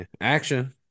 Action